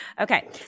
Okay